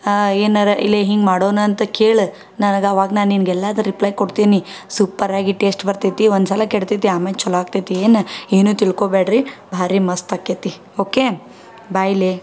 ಏನಾರ ಇಲ್ಲಿ ಹಿಂಗೆ ಮಾಡೋಣ ಅಂತ ಕೇಳಿ ನನಗೆ ಆವಾಗ ನಾನು ನಿನ್ಗೆ ಎಲ್ಲದು ರಿಪ್ಲೈ ಕೊಡ್ತೀನಿ ಸೂಪ್ಪರಾಗಿ ಟೇಶ್ಟ್ ಬರ್ತೈತಿ ಒಂದ್ಸಲ ಕೆಡ್ತೈತಿ ಆಮೇಲೆ ಚಲೊ ಆಗ್ತೈತಿ ಏನು ಏನೂ ತಿಳ್ಕೊಳ್ಬೇಡ್ರಿ ಭಾರಿ ಮಸ್ತ್ ಆಕ್ಕೈತಿ ಓಕೆ ಬಾಯ್ ಲೇ